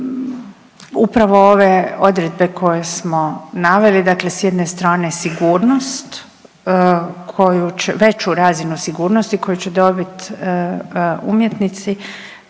Upravo ove odredbe koje smo naveli, dakle s jedne strane sigurnost, koju veću razinu sigurnosti koju će dobiti umjetnici